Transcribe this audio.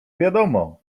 wiadomo